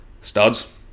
studs